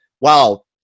wow